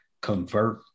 convert